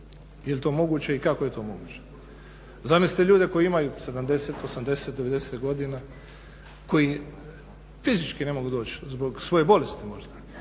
jel to moguće i kako je to moguće? Zamislite ljude koji imaju 70, 80, 90 godina koji fizički ne mogu doći zbog svoje bolesti možda